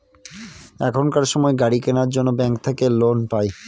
এখনকার সময় গাড়ি কেনার জন্য ব্যাঙ্ক থাকে লোন পাই